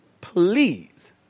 please